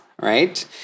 right